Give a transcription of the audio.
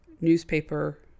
newspaper